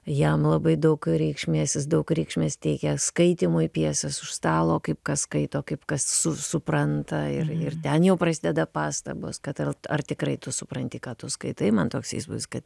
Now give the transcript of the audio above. jam labai daug reikšmės jis daug reikšmės teikia skaitymui pjesės už stalo kaip kas skaito kaip kas su supranta ir ir ten jau prasideda pastabos kad al ar tikrai tu supranti ką tu skaitai man toks įspūdis kad